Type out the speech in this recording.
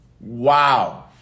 Wow